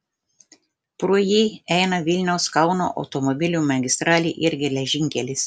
pro jį eina vilniaus kauno automobilių magistralė ir geležinkelis